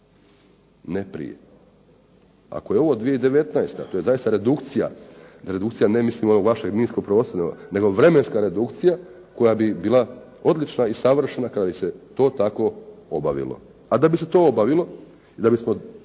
ne prije. Ako je ovo 2019. to je zaista redukcija, redukcija ne mislim onog vašeg minskog prostora, nego vremenska redukcija koja bi bila odlična i savršena kada bi se to tako obavilo. A da bi se to obavilo, da bismo